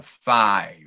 five